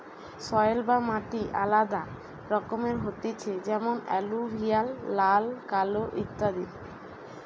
soil বা মাটি আলাদা রকমের হতিছে যেমন এলুভিয়াল, লাল, কালো ইত্যাদি